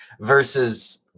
versus